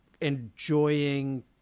enjoying